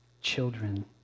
Children